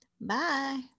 Bye